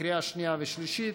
לקריאה שנייה ולשלישית.